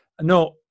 no